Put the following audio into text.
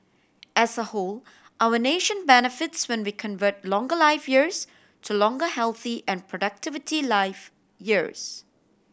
as a whole our nation benefits when we convert longer life years to longer healthy and productivity life years